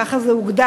ככה זה הוגדר,